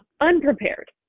Unprepared